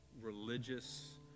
religious